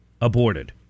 aborted